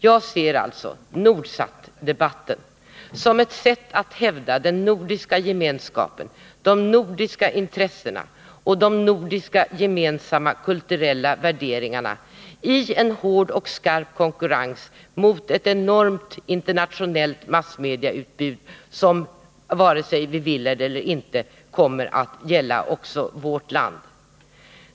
Jag ser alltså Nordsatdebatten som ett sätt att hävda den nordiska gemenskapen, de nordiska intressena och de nordiska gemensamma kulturella värderingarna i en hård och skarp konkurrens mot ett enormt internationellt massmediautbud, som vare sig vi vill eller inte kommer att gälla också vårt land.